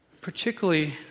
Particularly